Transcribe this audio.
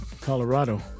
Colorado